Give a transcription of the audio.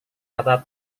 kata